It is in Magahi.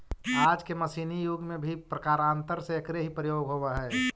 आज के मशीनी युग में भी प्रकारान्तर से एकरे ही प्रयोग होवऽ हई